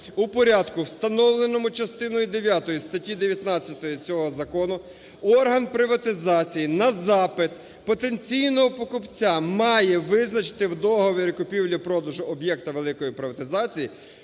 у порядку, встановленому частиною дев'ятою статті 19 цього закону, орган приватизації на запит потенційного покупця має визначити в договорі купівлі-продажу об'єкту великої приватизації,